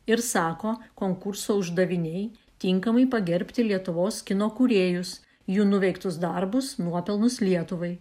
ir sako konkurso uždaviniai tinkamai pagerbti lietuvos kino kūrėjus jų nuveiktus darbus nuopelnus lietuvai